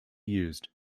used